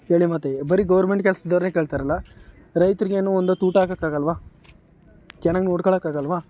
ಹೇಳಿ ಮತ್ತು ಬರಿ ಗೌರ್ಮೆಂಟ್ ಕೆಲಸದವ್ರ್ನೆ ಕೇಳ್ತಾರಲ್ಲ ರೈತ್ರಿಗೆ ಏನು ಒಂದೊತ್ತು ಊಟ ಹಾಕೋಕೆ ಆಗೋಲ್ವ ಚೆನ್ನಾಗಿ ನೋಡ್ಕೊಳ್ಳೋಕೆ ಆಗೋಲ್ವ